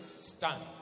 stand